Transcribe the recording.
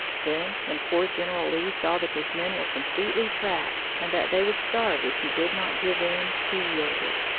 then, when poor general lee saw that his men were completely trapped, and that they would starve if he did not give in, he yielded.